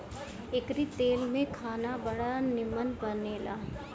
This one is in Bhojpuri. एकरी तेल में खाना बड़ा निमन बनेला